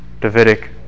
Davidic